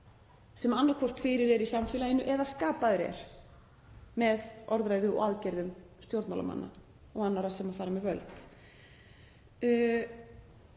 sem annaðhvort er fyrir í samfélaginu eða er skapaður með orðræðu og aðgerðum stjórnmálamanna og annarra sem fara með völd.